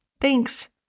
Thanks